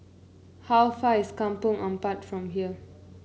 how far is Kampong Ampat from here